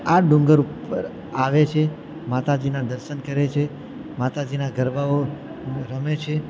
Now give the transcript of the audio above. આ ડુંગર ઉપર આવે છે માતાજીના દર્શન કરે છે માતાજીના ગરબા રમે છે